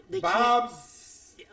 Bob's